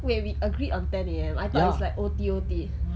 wait we agreed on ten A_M I like it's like O_T_O_T